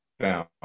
down